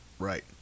Right